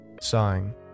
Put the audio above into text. Sighing